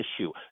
issue